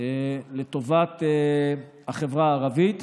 לטובת החברה הערבית.